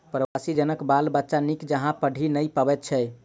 प्रवासी जनक बाल बच्चा नीक जकाँ पढ़ि नै पबैत छै